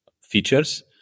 features